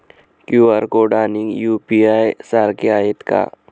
QR code आणि UPI सारखे आहेत का?